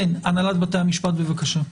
הנהלת בתי המשפט, בבקשה.